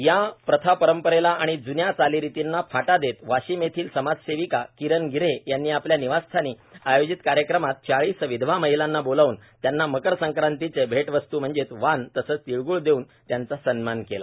या प्रथा परपंरेला आणि जून्या चालीरितींना फाटा देत वाशिम येथील समाज सेविका किरण गिर्ह यांनी आपल्या निवासस्थानी आयोजीत कार्यक्रमात चाळीस विधवा महिलांना बोलावून त्यांना मकरसंक्रांतीचे भेटवस्त् म्हणजेच वाण तसेच तिळगुळ देवून त्यांचा सन्मान केला